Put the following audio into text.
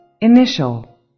Initial